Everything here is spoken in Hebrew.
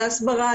להסברה,